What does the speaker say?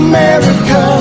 America